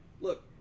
Look